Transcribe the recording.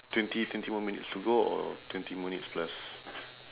twenty twenty more minutes to go or twenty minutes plus